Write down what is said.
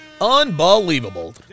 Unbelievable